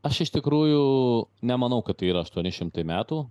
aš iš tikrųjų nemanau kad tai yra aštuoni šimtai metų